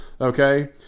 okay